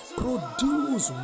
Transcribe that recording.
produce